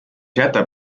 jätab